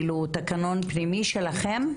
תקנון פנימי שלכם,